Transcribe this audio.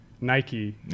Nike